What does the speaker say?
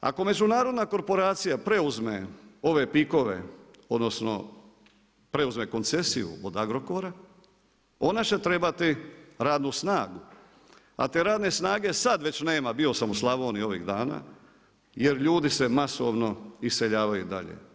Ako međunarodna korporacija preuzme ove Pik-ove odnosno preuzme koncesiju od Agrokora, ona će trebati radnu snagu, a te radne snage sad već nema, bio sam u Slavoniji ovih dana jer ljudi se masovno iseljavaju dalje.